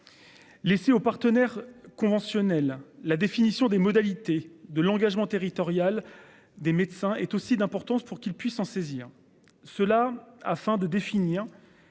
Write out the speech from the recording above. Laisser aux partenaires conventionnels. La définition des modalités de l'engagement territorial des médecins est aussi d'importance pour qu'il puisse en saisir. Cela afin de définir